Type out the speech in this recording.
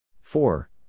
four